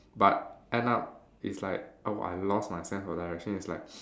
but end up it's like oh I lost my sense of directions it's like